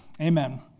Amen